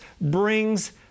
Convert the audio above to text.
brings